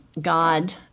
God